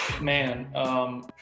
man